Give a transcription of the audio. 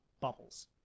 bubbles